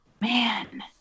Man